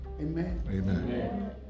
Amen